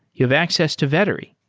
you have access to vettery.